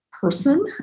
person